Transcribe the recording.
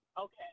Okay